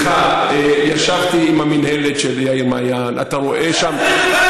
סליחה, ישבתי עם המינהלת של מעיין, אתה רואה שם,